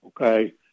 okay